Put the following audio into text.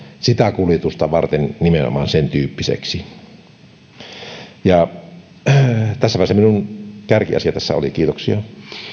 sitä kuljetusta varten nimenomaan sentyyppiseksi tässä vaiheessa minun kärkiasia tässä oli kiitoksia